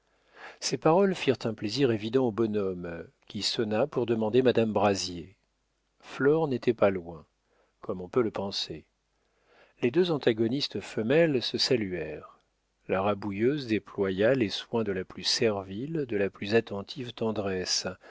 ces paroles firent un plaisir évident au bonhomme qui sonna pour demander madame brazier flore n'était pas loin comme on peut le penser les deux antagonistes femelles se saluèrent la rabouilleuse déploya les soins de la plus servile de la plus attentive tendresse